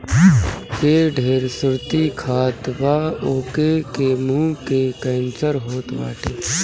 जे ढेर सुरती खात बा ओके के मुंहे के कैंसर होत बाटे